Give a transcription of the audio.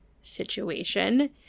situation